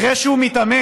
אחרי שהוא מתאמץ,